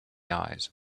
eyes